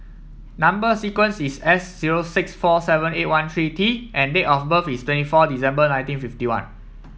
number sequence is S zero six four seven eight thirteen T and date of birth is twenty four December nineteen fifty one